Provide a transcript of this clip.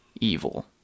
evil